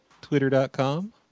Twitter.com